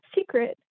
secret